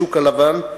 השוק הלבן,